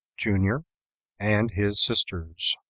junior and his sisters.